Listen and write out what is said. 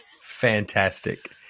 fantastic